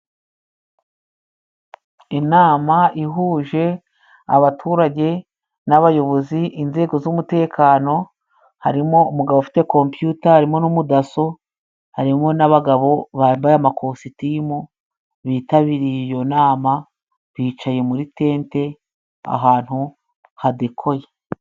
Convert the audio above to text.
Inama ihuje abaturage n'abayobozi inzego z'umutekano, harimo umugabo ufite kompiyuta, harimo n'umudaso, harimo n'abagabo bambaye amakositimu bitabiriye iyo nama, bicaye muri tente ahantu hadekoye.